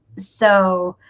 so